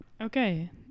Okay